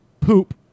poop